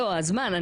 הזמן.